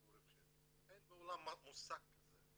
אין בעולם מושג כזה.